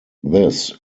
this